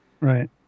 right